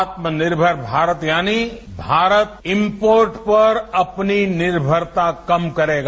आत्मनिर्भर भारत यानी भारत इम्पोर्ट पर अपनी निर्मरता कम करेगा